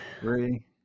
three